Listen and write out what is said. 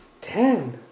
ten